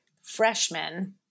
freshmen